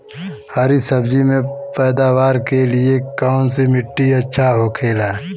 हरी सब्जी के पैदावार के लिए कौन सी मिट्टी अच्छा होखेला?